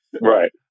Right